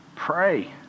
Pray